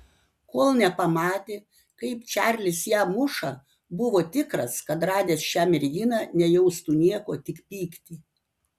kol nepamatė kaip čarlis ją muša buvo tikras kad radęs šią merginą nejaustų nieko tik pyktį